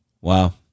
Wow